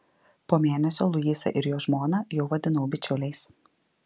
po mėnesio luisą ir jo žmoną jau vadinau bičiuliais